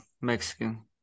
Mexican